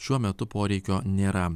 šiuo metu poreikio nėra